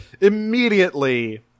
immediately